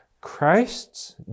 Christ's